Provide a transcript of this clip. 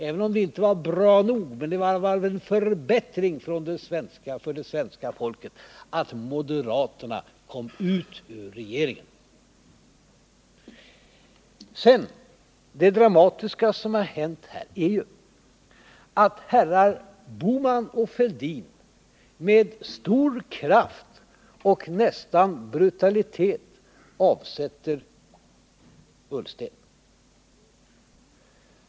Även om det inte var bra nog, var det en förbättring för svenska folket att moderaterna kom ut ur regeringen. Det dramatiska som har hänt här är ju att herrar Bohman och Fälldin med stor kraft, nästan brutalitet, avsätter Ola Ullsten.